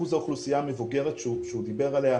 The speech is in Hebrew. אחוז האוכלוסייה המבוגרת שהוא דיבר עליה,